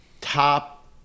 top